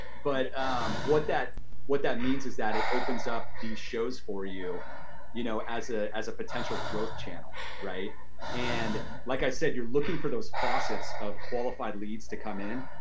but what that what that means is that it opens up these shows for you you know as ah as a potential growth channel. and like i said, you're looking for those faucets of qualified leads to come in,